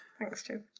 thanks, joe.